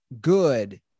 good